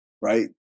right